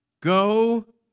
go